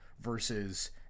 versus